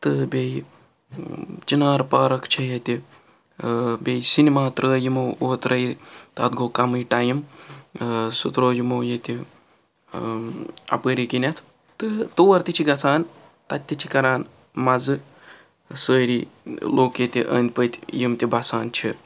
تہٕ بیٚیہِ چِنار پارَک چھِٚ ییٚتہِ بیٚیہِ سینِما ترٛٲوۍ یِمو اوترے تَتھ گوٚو کَمٕے ٹایِم سُہ ترٛوو یِمو ییٚتہِ اَپٲری کِنٮ۪تھ تہٕ تور تہِ چھِ گژھان تَتہِ تہِ چھِ کَران مَزٕ سٲری لُکھ ییٚتہِ أنٛدۍ پٔتۍ یِم تہِ بَسان چھِ